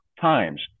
times